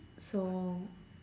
so